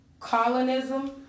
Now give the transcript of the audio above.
colonism